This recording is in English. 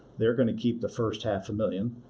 they're going to keep the first half a million.